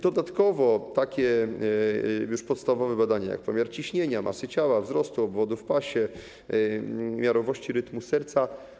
Dodatkowo będą takie już podstawowe badania jak: pomiar ciśnienia, masy ciała, wzrostu obwodu w pasie, miarowości rytmu serca.